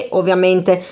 ovviamente